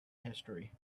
history